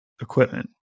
equipment